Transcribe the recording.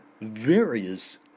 various